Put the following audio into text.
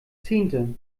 zehnte